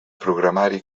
programari